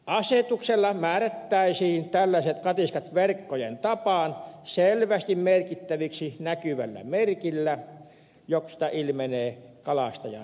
asetuksella määrättäisiin tällaiset katiskat verkkojen tapaan selvästi merkittäviksi näkyvällä merkillä josta ilmenevät kalastajan henkilötiedot